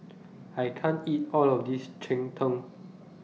I can't eat All of This Cheng Tng